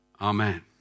Amen